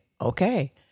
okay